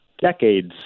decades